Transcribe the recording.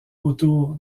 autour